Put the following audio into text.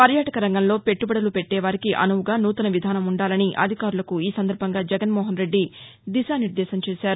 పర్యాటక రంగంలో పెట్టుబడులు పెట్టే వారికి అనువుగా నూతన విధాసం ఉండాలని అధికారులకు ఈ సందర్భంగా జగన్మోహన్ రెడ్డి దిశానిర్దేశం చేశారు